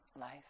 life